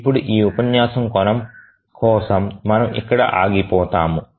ఇప్పుడు ఈ ఉపన్యాసం కోసం మనము ఇక్కడ ఆగిపోతాము